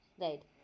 Right